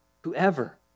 Whoever